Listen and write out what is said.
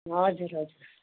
हजुर हजुर